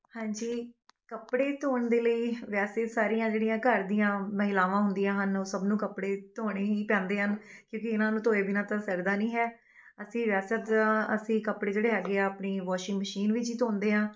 ਹਾਂਜੀ ਕੱਪੜੇ ਧੋਣ ਦੇ ਲਈ ਵੈਸੇ ਸਾਰੀਆਂ ਜਿਹੜੀਆਂ ਘਰ ਦੀਆਂ ਮਹਿਲਾਵਾਂ ਹੁੰਦੀਆਂ ਹਨ ਉਹ ਸਭ ਨੂੰ ਕੱਪੜੇ ਧੋਣੇ ਹੀ ਪੈਂਦੇ ਹਨ ਕਿਉਂਕਿ ਇਹਨਾਂ ਨੂੰ ਧੋਏ ਬਿਨਾ ਤਾਂ ਸਰਦਾ ਨਹੀਂ ਹੈ ਅਸੀਂ ਵੈਸੇ ਤਾਂ ਅਸੀਂ ਕੱਪੜੇ ਜਿਹੜੇ ਹੈਗੇ ਆ ਆਪਣੀ ਵਾਸ਼ਿੰਗ ਮਸ਼ੀਨ ਵਿੱਚ ਹੀ ਧੋਂਦੇ ਹਾਂ